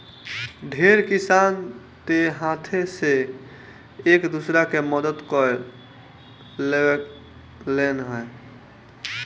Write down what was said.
ढेर किसान तअ हाथे से एक दूसरा के मदद कअ लेवेलेन